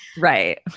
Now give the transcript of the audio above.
Right